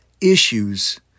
issues